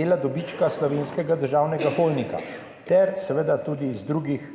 dela dobička Slovenskega državnega holdinga ter seveda tudi iz drugih